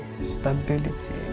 stability